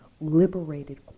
liberated